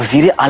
you didn't